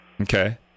Okay